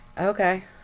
okay